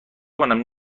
کنم